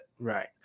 Right